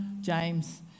James